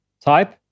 type